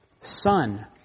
son